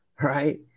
right